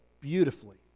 beautifully